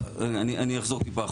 אני אחזור טיפה אחורה,